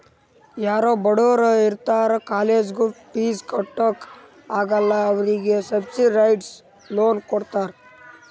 ಯಾರೂ ಬಡುರ್ ಇರ್ತಾರ ಕಾಲೇಜ್ದು ಫೀಸ್ ಕಟ್ಲಾಕ್ ಆಗಲ್ಲ ಅವ್ರಿಗೆ ಸಬ್ಸಿಡೈಸ್ಡ್ ಲೋನ್ ಕೊಡ್ತಾರ್